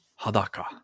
hadaka